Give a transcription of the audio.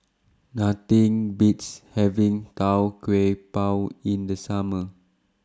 Nothing Beats having Tau Kwa Pau in The Summer